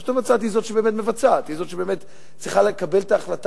הרשות המבצעת היא זו שבאמת מבצעת והיא זו שבאמת צריכה לקבל את ההחלטה,